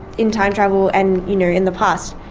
in time travel and, you know, in the past,